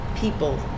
people